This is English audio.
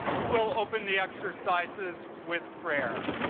who will open the exercises with prayer.